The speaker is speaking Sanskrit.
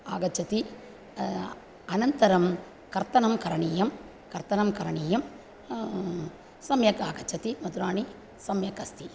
आगच्छति अनन्तरं कर्तनं करणीयं कर्तनं करणीयं सम्यक् आगच्छति मधुराणि सम्यक् अस्ति